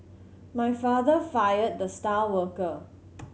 my father fired the star worker